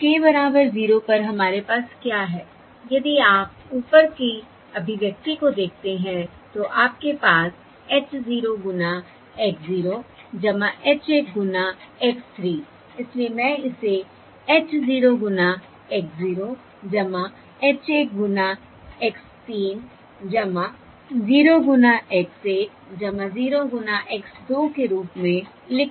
समय k बराबर 0 पर हमारे पास क्या है यदि आप ऊपर की अभिव्यक्ति को देखते हैं तो आपके पास h 0 गुना x 0 h 1 गुना x 3 इसलिए मैं इसे h 0 गुना x 0 h 1 गुना x 3 0 गुना x 1 0 गुना x 2 के रूप में लिख सकती हूं